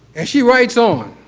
and she writes on,